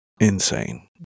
Insane